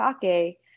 sake